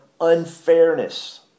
unfairness